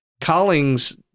Collings